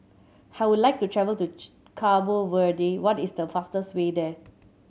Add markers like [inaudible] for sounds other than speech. I would like to travel to [unintelligible] Cabo Verde what is the fastest way there